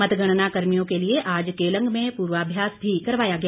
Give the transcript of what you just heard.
मतगणना कर्मियों के लिए आज केलंग में पूर्वाभ्यास भी करवाया गया